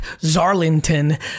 Zarlinton